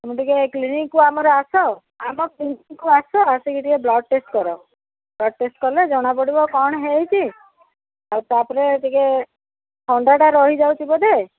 ତମେ ଟିକେ କ୍ଲିନିକ୍କୁ ଆମର ଆସ ଆମ କ୍ଲିନିକ୍କୁ ଆସ ଆସିକି ଟିକେ ବ୍ଲଡ଼୍ ଟେଷ୍ଟ୍ କର ବ୍ଲଡ଼୍ ଟେଷ୍ଟ୍ କଲେ ଜଣାପଡ଼ିବ କ'ଣ ହେଇଛି ଆଉ ତା'ପରେ ଟିକେ ଥଣ୍ଡାଟା ରହିଯାଉଛି ବୋଧେ